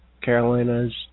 Carolina's